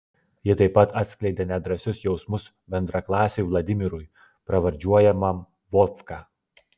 ji taip pat atskleidė nedrąsius jausmus bendraklasiui vladimirui pravardžiuojamam vovka